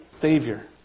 Savior